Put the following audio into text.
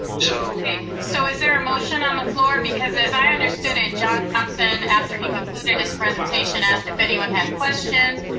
so so is there a motion on the floor? because as i understood it, john thompson, after he concluded his presentation asked if anyone had questions,